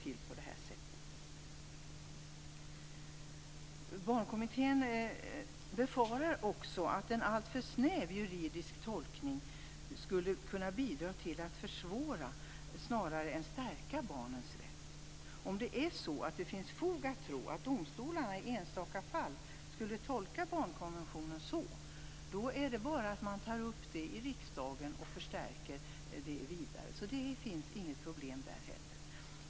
Inom Barnkommittén befarar man att en alltför snäv juridisk tolkning kan bidra till att barnens rätt försvåras; detta snarare än att den stärks. Om det finns fog att tro att domstolarna i enstaka fall tolkar barnkonventionen så, är det bara att ta upp saken i riksdagen för att få en förstärkning. Inte heller där finns det några problem.